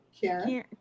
Karen